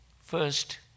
First